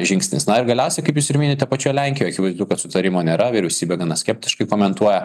žingsnis na ir galiausiai kaip jūs ir minite pačioj lenkijoj akivaizdu kad sutarimo nėra vyriausybė gana skeptiškai komentuoja